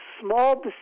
Small